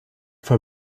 for